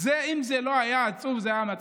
זה לא היה עצוב, זה היה מצחיק.